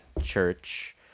church